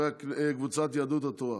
קבוצת סיעת יהדות התורה,